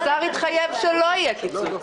השר התחייב שלא יהיה קיצוץ.